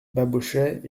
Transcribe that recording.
babochet